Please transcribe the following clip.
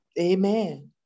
amen